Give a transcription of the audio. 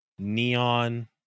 Neon